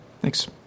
Thanks